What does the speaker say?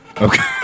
Okay